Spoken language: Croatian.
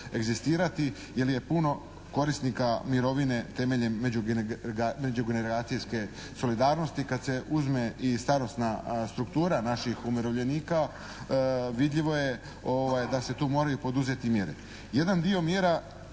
egzistirati jer je puno korisnika mirovine temeljem međugeneracijske solidarnosti kada se uzme i starosna struktura naših umirovljenika vidljivo je da se tu moraju poduzeti mjere. Jedan dio mjera